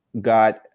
got